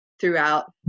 throughout